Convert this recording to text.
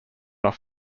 off